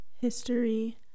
History